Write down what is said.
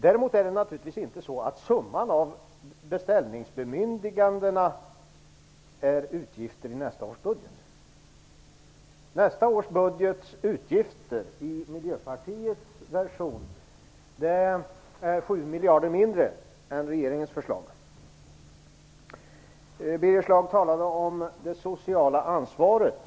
Däremot är det naturligtvis inte så att summan av beställningsbemyndigandena är utgifter i nästa års budget. Utgifterna i nästa års budget är enligt Miljöpartiets version 7 miljarder kronor mindre än i regeringens förslag. Birger Schlaug talade om det sociala ansvaret.